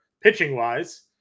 Pitching-wise